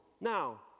Now